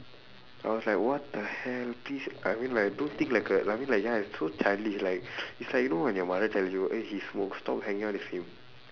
I was like what the hell please I mean like don't think like a like I mean like ya it's so childish like it's like you know when your mother tell you eh he smokes stop hanging out with him